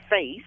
face